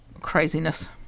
Craziness